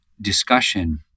discussion